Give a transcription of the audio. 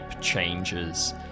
changes